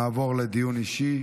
נעבור לדיון אישי.